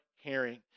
hearing